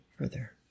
further